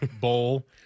bowl